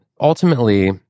ultimately